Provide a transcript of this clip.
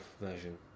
version